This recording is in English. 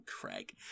Craig